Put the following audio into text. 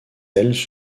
ailes